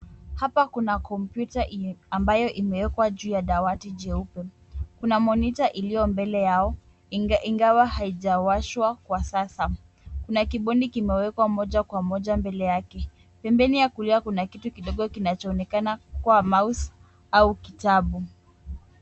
Hapa kuna kompyuta amabayo imekwa juu ya dawati jeupe kuna monitor ilio mbele yao ingawa haijawashwa kwa sasa kuna kibodi imekwa moja kwa moja mbele yake pembeni ya kulia kuna kidogo kinachoonekana kuwa mouse au kitabu.